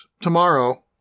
tomorrow